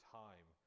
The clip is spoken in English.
time